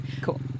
Cool